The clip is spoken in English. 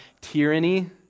tyranny